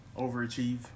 Overachieve